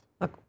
Look